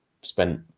spent